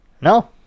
No